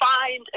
find